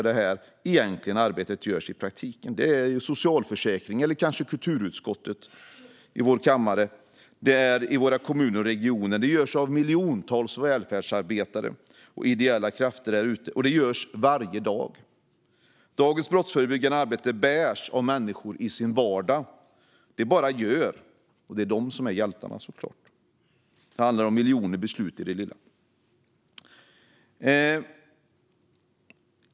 Det är inte i kammaren eller i utskotten detta arbete görs i praktiken utan i våra kommuner och regioner av tusentals välfärdsarbetare och ideella krafter varje dag. Dagens brottsförebyggande arbete bärs av människor i deras vardag. De bara gör, och det är de som är hjältarna. Det handlar om miljoner beslut i det lilla.